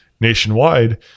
nationwide